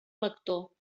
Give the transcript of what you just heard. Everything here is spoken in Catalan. lector